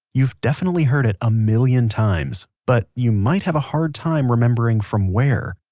you've definitely heard it a million times, but you might have a hard time remembering from where.